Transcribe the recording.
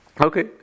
Okay